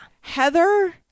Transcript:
Heather